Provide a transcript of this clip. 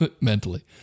mentally